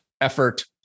effort